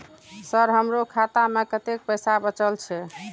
Sir हमरो खाता में कतेक पैसा बचल छे?